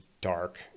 dark